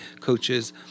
coaches